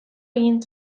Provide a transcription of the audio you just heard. egin